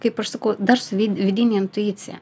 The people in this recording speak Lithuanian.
kaip aš sakau dar savyb vidinė intuicija